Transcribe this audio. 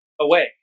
away